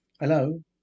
Hello